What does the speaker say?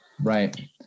Right